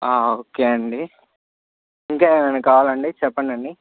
okay అండి ఇంకా ఏమైన కావాలా అండి చెప్పండి అండి